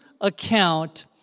account